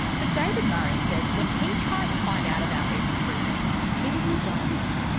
but david murray says when he tried to find out about these improvements, he was stonewalled.